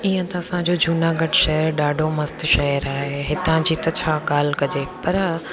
ईअं त असांजो जूनागढ़ शहरु ॾाढो मस्तु शहरु आहे हितां जी त छा ॻाल्हि कजे पर अॼु